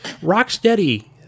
Rocksteady